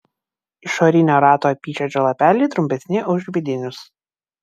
išorinio rato apyžiedžio lapeliai trumpesni už vidinius